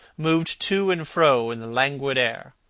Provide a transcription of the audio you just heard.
moved to and fro in the languid air.